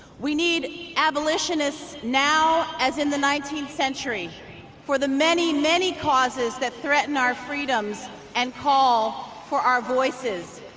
we need abolitionists now as in the nineteenth century for the many, many causes that threaten our freedoms and call for our voices.